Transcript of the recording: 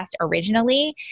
originally